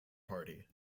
party